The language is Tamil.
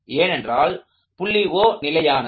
ஏனென்றால் புள்ளி O நிலையானது